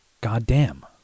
Goddamn